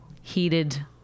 heated